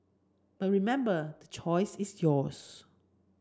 but remember the choice is yours